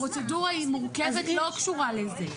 הפרוצדורה היא מורכבת ולא קשורה לזה.